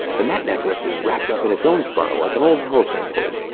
and that necklace is wrapped up in its own spiral, like an old telephone cord.